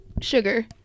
sugar